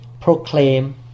proclaim